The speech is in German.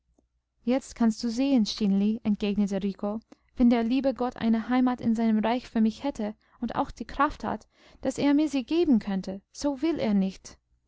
jetzt kannst du sehen stineli entgegnete rico wenn der liebe gott eine heimat in seinem reich für mich hätte und auch die kraft hat daß er mir sie geben könnte so will er nicht